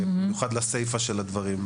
במיוחד לסייפה של הדברים.